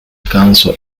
council